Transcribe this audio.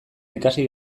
ikasi